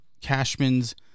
Cashman's